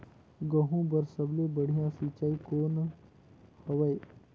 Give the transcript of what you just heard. गहूं बर सबले बढ़िया सिंचाई कौन हवय?